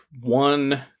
one